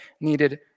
needed